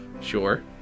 Sure